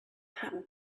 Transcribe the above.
happened